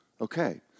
Okay